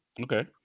Okay